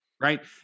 Right